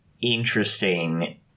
interesting